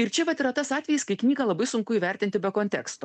ir čia vat yra tas atvejis kai knygą labai sunku įvertinti be konteksto